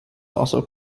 also